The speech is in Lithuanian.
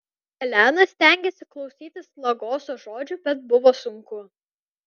elena stengėsi klausytis lagoso žodžių bet buvo sunku